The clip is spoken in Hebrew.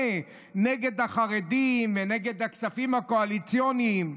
נגד החרדים ונגד הכספים הקואליציוניים.